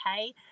okay